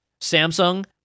Samsung